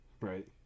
Right